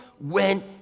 went